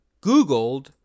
Googled